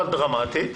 אבל דרמטית.